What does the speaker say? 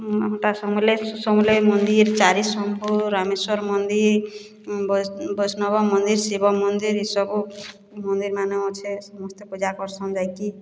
ଅମର୍ଟା ସମଲେଇ ସମଲେଇ ମନ୍ଦିର୍ ଚାରିଶମ୍ଭୁ ରାମେଶ୍ୱର୍ ମନ୍ଦିର୍ ବୈଷ୍ଣବ ମନ୍ଦିର୍ ଶିବ ମନ୍ଦିର୍ ଇସବୁ ମନ୍ଦିର୍ମାନେ ଅଛେ ସମସ୍ତେ ପୂଜା କରସନ୍ ଯାଇକି